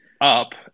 up